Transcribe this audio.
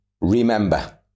remember